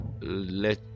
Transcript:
let